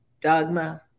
dogma